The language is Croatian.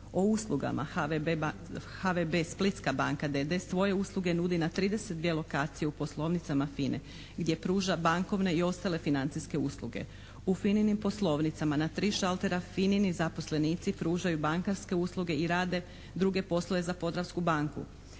o uslugama "HVB Splitska banka", d.d. svoje usluge nudi na 32 lokacije u poslovnicama FINA-e gdje pruža bankovne i ostale financijske usluge. U FINA-nim poslovnicama na tri šaltera FINA-ni zaposlenici pružaju bankarske usluge i rade druge poslove za "Podravsku banku".